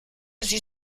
sie